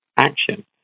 action